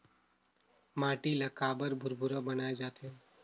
माटी ला काबर भुरभुरा बनाय जाथे?